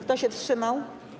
Kto się wstrzymał?